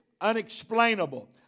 Unexplainable